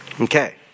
Okay